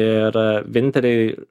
ir vieninteliai